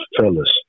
fellas